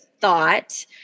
thought